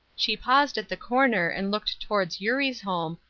she paused at the corner and looked towards eurie's home,